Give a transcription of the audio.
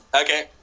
Okay